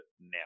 now